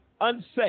unsafe